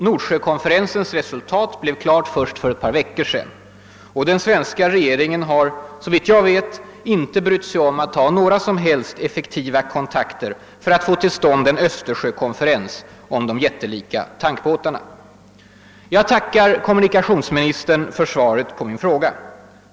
Nordsjökonferensens resultat förelåg först för ett par veckor sedan. Och den svenska regeringen har såvitt jag vet inte brytt sig om att ta några som helst effektiva kontakter för att få till stånd en östersjökonferens om de jättelika tankbåtarna. Jag tackar kommunikationsministern för svaret på min fråga.